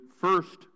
first